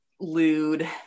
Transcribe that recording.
lewd